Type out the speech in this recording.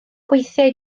gweithiai